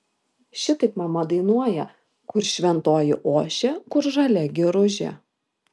šitaip mama dainuoja kur šventoji ošia kur žalia giružė